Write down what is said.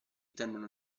tendono